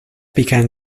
began